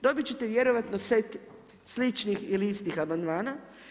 Dobiti ćete vjerojatno set sličnih ili istih amandmana.